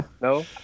No